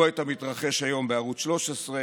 הוא רואה את המתרחש היום בערוץ 13,